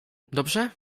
dobrze